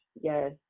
yes